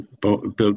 built